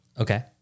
Okay